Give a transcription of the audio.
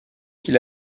qu’il